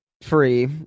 free